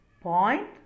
Point